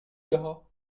gars